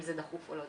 אם זה דחוף או לא,